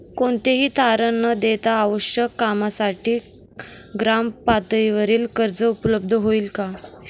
कोणतेही तारण न देता आवश्यक कामासाठी ग्रामपातळीवर कर्ज उपलब्ध होईल का?